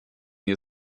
you